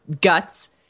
guts